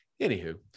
Anywho